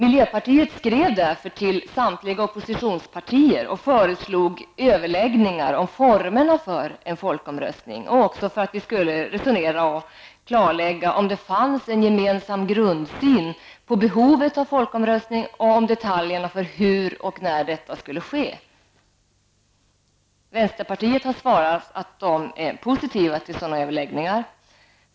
Miljöpartiet skrev därför till samtliga oppositionspartier och föreslog överläggningar om formerna för en folkomröstning och för att klarlägga om det finns en gemensam grundsyn på behovet av en folkomröstning och om detaljerna för hur och när en folkomröstning skall ordnas. Vänsterpartiet har svarat att de är positiva till överläggningar.